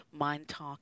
MindTalk